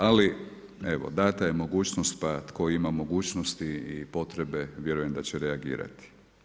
Ali, evo, dana je mogućnost pa tko ima mogućnosti i potrebe vjerujem da će reagirati.